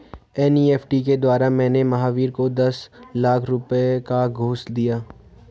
NEFT के द्वारा मैंने महावीर को दस लाख रुपए का घूंस दिया